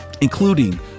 including